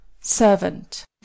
Servant